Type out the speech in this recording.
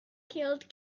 killed